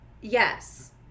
Yes